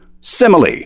simile